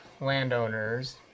landowners